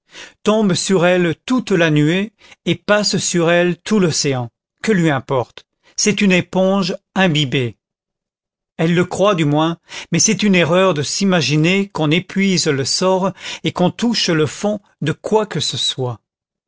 tombe sur elle toute la nuée et passe sur elle tout l'océan que lui importe c'est une éponge imbibée elle le croit du moins mais c'est une erreur de s'imaginer qu'on épuise le sort et qu'on touche le fond de quoi que ce soit